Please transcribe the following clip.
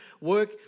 work